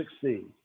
succeed